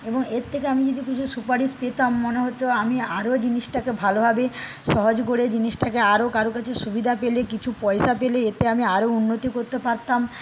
এবং এর থেকে আমি যদি কিছু সুপারিশ পেতাম মনে হত আমি আরো জিনিসটাকে ভালোভাবে সহজ করে জিনিসটাকে আরও কারো কাছে সুবিধা পেলে কিছু পয়সা পেলে এতে আমি আরো উন্নতি করতে পারতাম